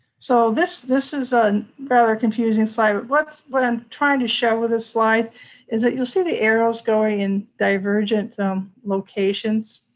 so, this this is a rather confusing slide, but what but i'm trying to share with this slide is that you'll see the arrows going in divergent locations,